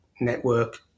network